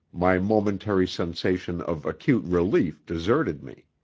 my momentary sensation of acute relief deserted me.